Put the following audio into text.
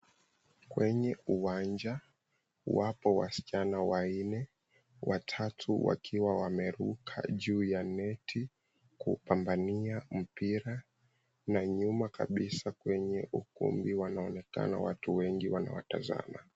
Kwenye uwanja wapo wasichana wanne watatu wakiwa wameruka juu ya neti kupambania mpira na nyuma kabisa kwenye ukumbi wanaonekana watu wengi wanawatazama.